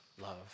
love